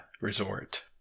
resort